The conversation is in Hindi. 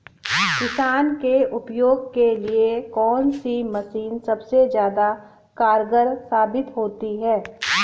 किसान के उपयोग के लिए कौन सी मशीन सबसे ज्यादा कारगर साबित होती है?